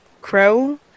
crow